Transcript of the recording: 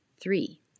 Three